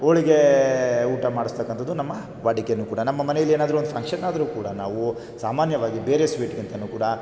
ಹೋಳಿಗೆ ಊಟ ಮಾಡಿಸ್ತಕ್ಕಂಥದ್ದು ನಮ್ಮ ವಾಡಿಕೆ ಕೂಡ ನಮ್ಮ ಮನೆಯಲ್ಲೇನಾದರೂ ಒಂದು ಫಂಕ್ಷನ್ನಾದ್ರೂ ಕೂಡ ನಾವು ಸಾಮಾನ್ಯವಾಗಿ ಬೇರೆ ಸ್ವೀಟ್ಗಿಂತ ಕೂಡ